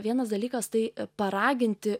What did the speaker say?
vienas dalykas tai paraginti